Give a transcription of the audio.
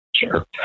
Sure